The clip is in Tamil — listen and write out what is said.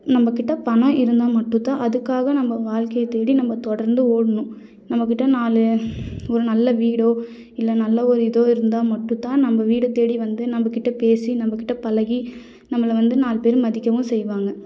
நம்மக்கிட்ட பணம் இருந்தால் மட்டும் தான் அதுக்காக நம்ம வாழ்க்கைய தேடி நம்ம தொடர்ந்து ஓடணும் நம்மக்கிட்ட நாலு ஒரு நல்ல வீடோ இல்லை நல்ல ஒரு இதா இருந்தால் மட்டும் தான் நம்ம வீடை தேடி வந்து நம்மக்கிட்ட பேசி நம்மக்கிட்ட பழகி நம்மளை வந்து நாலு பேர் மதிக்கவும் செய்வாங்கள்